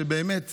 שבמצב